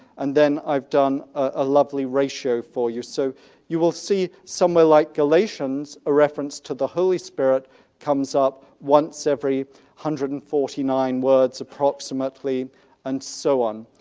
and then i've done a lovely ratio for you, so you will see somewhere like galatians, a reference to the holy spirit comes up once every one hundred and forty nine words approximately and so on.